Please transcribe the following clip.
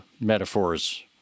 metaphors